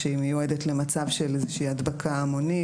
שהיא מיועדת למצב של איזושהי הדבקה המונית